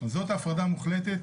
זאת הפרדה מוחלטת